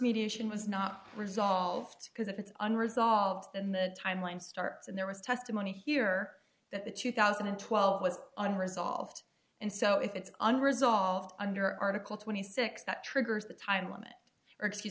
mediation was not resolved because if it's unresolved and the timeline starts and there was testimony here that the two thousand and twelve was unresolved and so if it's unresolved under article twenty six dollars that triggers the time limit or excuse